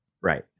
Right